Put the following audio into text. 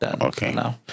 Okay